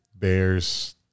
Bears